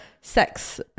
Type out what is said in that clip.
sex